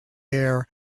air